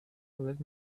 let